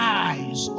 eyes